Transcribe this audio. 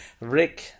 Rick